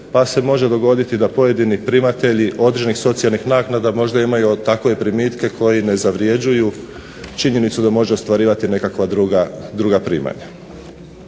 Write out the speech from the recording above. pa se može dogoditi da pojedini primatelji određenih socijalnih naknada možda imaju takve primitke koji ne zavrjeđuju činjenicu da može ostvarivati nekakva druga primanja.